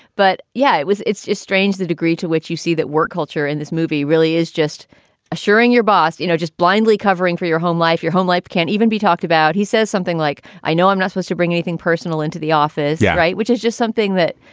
but yeah, it was it's strange, the degree to which you see that work culture in this movie really is just assuring your boss. you know, just blindly covering for your home life. your home life can't even be talked about. he says something like, i know i'm not supposed to bring anything personal into the office. yeah, right. which is just something that,